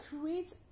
create